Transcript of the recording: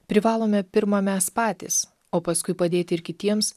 privalome pirma mes patys o paskui padėti ir kitiems